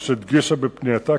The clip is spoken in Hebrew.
מה ייעשה כדי לשנות את המצב כיום?